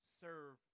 serve